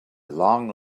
long